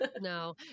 No